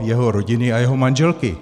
jeho rodiny a jeho manželky.